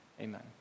Amen